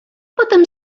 potem